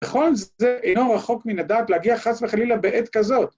בכל זאת זה אינו רחוק מן הדעת להגיע חס וחלילה בעת כזאת.